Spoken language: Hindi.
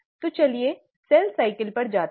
तो चलिए सेल साइकिल पर जाते हैं